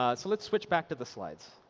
ah so let's switch back to the slides.